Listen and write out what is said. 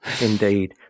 Indeed